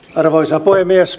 arvoisa puhemies